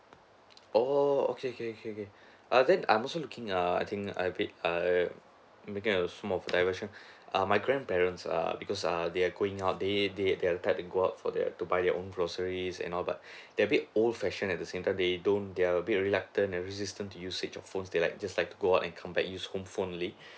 oo okay okay okay okay err then I'm also looking err I think I paid I making a small diversion err my grandparents err because err they are going out they they they're type of go out for the to buy their own groceries and all but they're bit old fashioned at the same time they don't they are a bit reluctant and resistant to switch their phone they're like just like go out and come back use home phone only